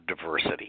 diversity